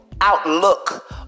Outlook